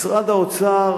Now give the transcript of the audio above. משרד האוצר